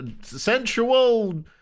sensual